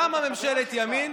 קמה ממשלת ימין,